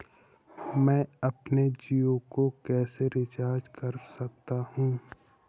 मैं अपने जियो को कैसे रिचार्ज कर सकता हूँ?